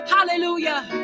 Hallelujah